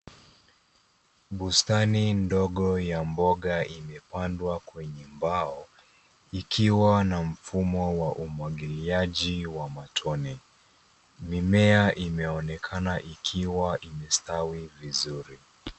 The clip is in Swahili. Bustani ndogo ya mboga imepandwa kwenye mbao ikiwa na mfumo wa umwagiliaji wa matone. Mimea imeonekana ikiwa imestawi vizuri.